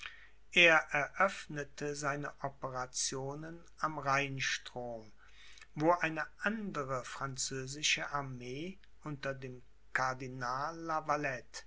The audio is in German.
er eröffnete seine operationen am rheinstrom wo eine andere französische armee unter dem